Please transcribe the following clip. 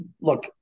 look